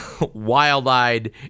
wild-eyed